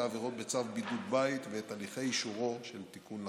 העבירות בצו בידוד בית ואת הליכי אישורו של תיקון לצו.